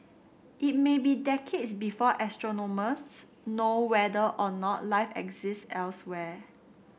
it may be decades before astronomers know whether or not life exists elsewhere